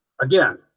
again